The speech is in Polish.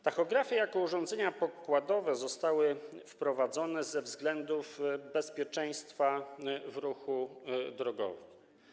Tachografy jako urządzenia pokładowe zostały wprowadzone ze względów bezpieczeństwa w ruchu drogowym.